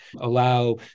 allow